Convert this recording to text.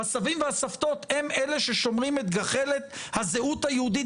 הסבים והסבתות הם אלה ששומרים את הזהות היהודית